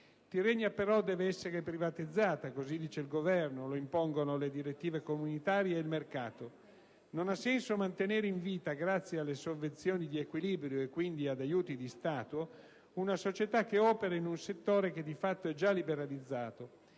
Tirrenia però deve essere privatizzata. Lo dice il Governo, lo impongono le direttive comunitarie e il mercato: non ha senso mantenere in vita, grazie alle sovvenzioni di equilibrio (cioè gli aiuti di Stato), una società che opera in un settore che di fatto è già liberalizzato.